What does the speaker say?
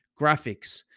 graphics